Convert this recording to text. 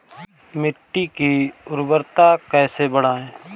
मिट्टी की उर्वरता कैसे बढ़ाएँ?